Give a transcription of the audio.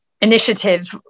Initiative